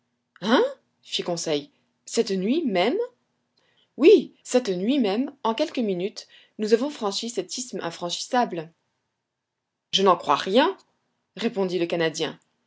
hein fit conseil cette nuit même oui cette nuit même en quelques minutes nous avons franchi cet isthme infranchissable je n'en crois rien répondit le canadien